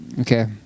Okay